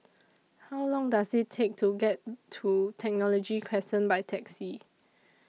How Long Does IT Take to get to Technology Crescent By Taxi